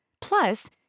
plus